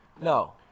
No